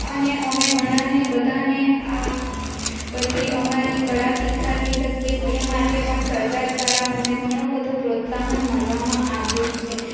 અને અમે ઘણાને બધાને આ બધી અમારી કળા શીખવી શકીએ તે માટે પણ સરકાર દ્વારા અમને ઘણો બધો પ્રોત્સાહન મળવામાં આવ્યો છે